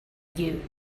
you